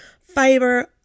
fiber